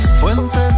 fuentes